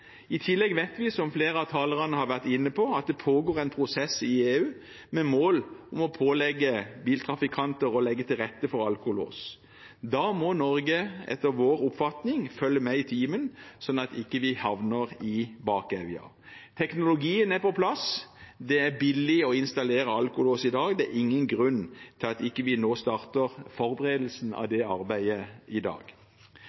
I tillegg vet vi, som flere av talerne har vært inne på, at det pågår en prosess i EU med mål om å pålegge biltrafikanter å legge til rette for alkolås. Da må Norge etter vår oppfatning følge med i timen, sånn at vi ikke havner i bakevja. Teknologien er på plass. Det er billig å installere alkolås i dag. Det er ingen grunn til at vi ikke kan starte forberedelsen av